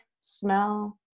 smell